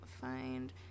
find